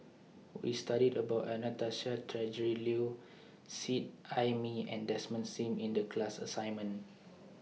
We studied about Anastasia Tjendri Liew Seet Ai Mee and Desmond SIM in The class assignment